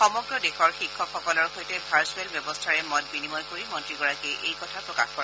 সমগ্ৰ দেশৰ শিক্ষকসকলৰ সৈতে ভাৰ্চূৱেল ব্যৱস্থাৰে মত বিনিময় কৰি মন্ত্ৰীগৰাকীয়ে এই কথা প্ৰকাশ কৰে